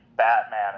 Batman